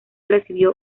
recibió